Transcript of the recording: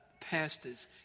pastors